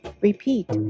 Repeat